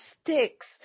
sticks